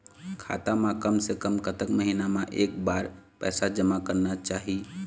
खाता मा कम से कम कतक महीना मा एक बार पैसा जमा करना चाही?